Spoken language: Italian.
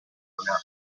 poltrona